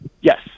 Yes